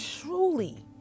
truly